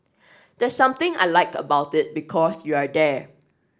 there's something I like about it because you're there